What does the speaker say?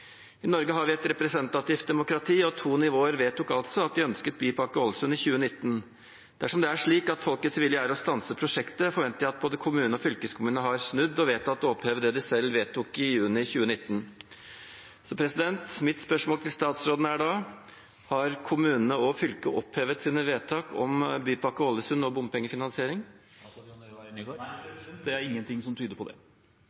I Norge har vi et representativt demokrati, og to nivåer vedtok altså i 2019 at de ønsket bypakke Ålesund. Dersom det er slik at folkets vilje er å stanse prosjektet, forventer jeg at både kommunen og fylkeskommunen har snudd og vedtatt å oppheve det de selv vedtok i juni 2019. Mitt spørsmål til statsråden er da: Har kommune og fylke opphevet sine vedtak om bypakke Ålesund og bompengefinansiering? Nei, det